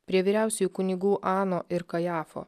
prie vyriausiųjų kunigų ano ir kajafo